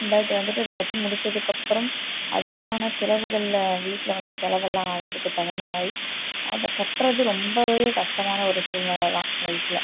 but வந்துட்டு இதை கட்டி முடித்ததுக்கு அப்புறம் அதுக்கான செலவுகளில் வீட்டில் வந்து செலவு எல்லாம் ஆகிறதுக்கு தகுந்த மாதிரி அதை கட்டுறது ரொம்பவே கஷ்டமான ஒரு சூழ்நிலை தான் லைஃப்பில்